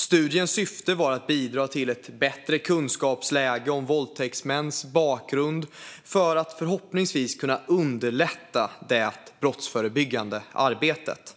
Studiens syfte var att bidra till ett bättre kunskapsläge om våldtäktsmäns bakgrund för att förhoppningsvis kunna underlätta det brottsförebyggande arbetet.